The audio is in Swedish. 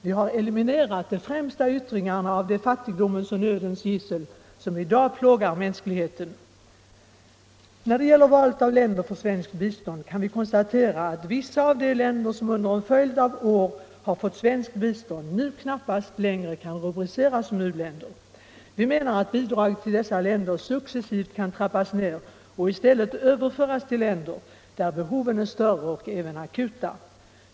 Vi har eliminerat de främsta yttringarna av de fattigdomens och nödens gissel som i dag plågar mänskligheten. När det gäller valet av länder för svenskt bistånd kan vi konstatera att vissa av de länder som under en följd av år fått svenskt bistånd knappast längre kan rubriceras som u-länder. Vi menar att bidraget till dessa länder successivt kan trappas ner och i stället överföras till länder där behoven är större och även akuta.